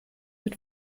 wird